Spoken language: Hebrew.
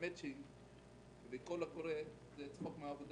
חוץ מהדברים האחרים של קולות קוראים וכדומה.